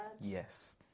Yes